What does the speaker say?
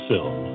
Film